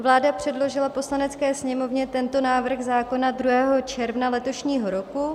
Vláda předložila Poslanecké sněmovně tento návrh zákona 2. června letošního roku.